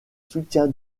soutien